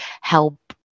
help